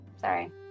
Sorry